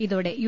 ഇതോടെ യു